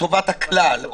הכלל.